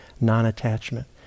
non-attachment